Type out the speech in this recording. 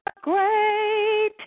great